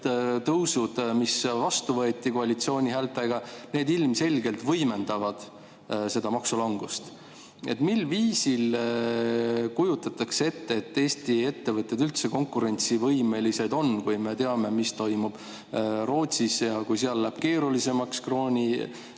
maksutõusud, mis vastu võeti koalitsiooni häältega, ilmselgelt võimendavad seda [majandus]langust. Kuidas kujutatakse ette, et Eesti ettevõtted üldse konkurentsivõimelised on, kui me teame, mis toimub Rootsis, ja kui seal läheb keerulisemaks krooni